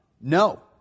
No